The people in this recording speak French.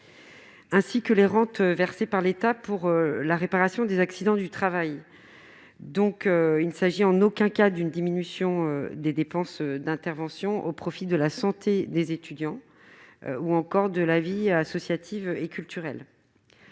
ainsi que les rentes versées par l'État pour la réparation des accidents du travail. Il ne s'agit donc en aucun cas d'une diminution des dépenses d'intervention au profit de la santé des étudiants ou encore de la vie associative et culturelle